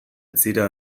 etzira